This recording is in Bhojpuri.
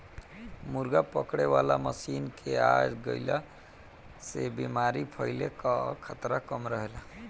मुर्गा पकड़े वाला मशीन के आ जईला से बेमारी फईले कअ खतरा कम रहेला